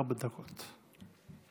ארבע דקות.